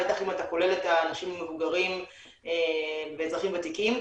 בטח אם אתה כולל את האנשים המבוגרים ואזרחים ותיקים,